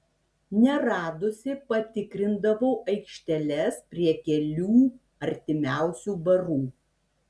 neradusi patikrindavau aikšteles prie kelių artimiausių barų